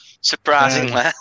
surprisingly